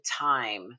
time